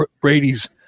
Brady's